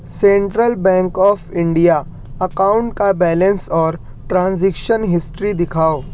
central Bank of India account کا balance اور transaction history دکھاؤ